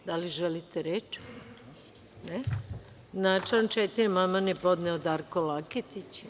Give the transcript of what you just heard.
Da li želite reč? (Ne.) Na član 4. amandman je podneo Darko Laketić.